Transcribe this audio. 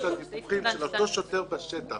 הדיווחים של אותו שוטר בשטח.